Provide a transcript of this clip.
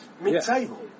mid-table